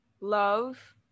love